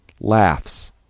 Laughs